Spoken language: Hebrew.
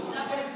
איזו שאלה.